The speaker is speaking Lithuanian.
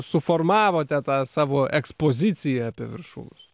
suformavote tą savo ekspoziciją apie viršulus